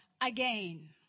again